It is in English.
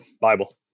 Bible